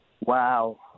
wow